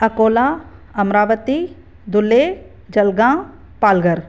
Akola Amravati Dhule Jalgaon Palghar